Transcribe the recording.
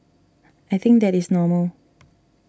I think that is normal